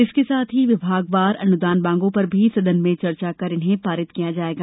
इसके साथ ही विभाग वार अनुदान मांगों पर भी सदन में चर्चा कर इन्हें पारित किया जायेगा